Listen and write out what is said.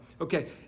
Okay